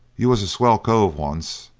you was a swell cove once,